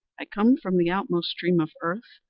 i come from the outmost stream of earth,